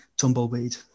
tumbleweed